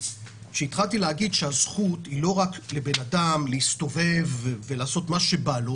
כשהתחלתי להגיד שהזכות לבן אדם היא לא רק להסתובב ולעשות כל מה שבא לו,